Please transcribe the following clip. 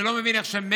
ואני לא מבין איך מרצ,